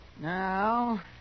Now